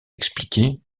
expliquer